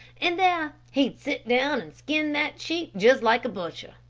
and there he' sit down and skin that sheep just like a butcher.